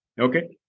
Okay